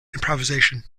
improvisation